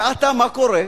ועתה, מה קורה?